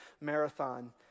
marathon